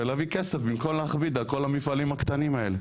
ולהביא כסף במקום להכביד על כל המפעלים הקטנים האלה.